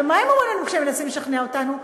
ומה הם אומרים לנו כשהם מנסים לשכנע אותנו?